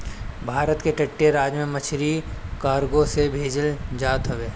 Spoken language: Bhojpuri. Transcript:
भारत के तटीय राज से मछरी कार्गो से भेजल जात हवे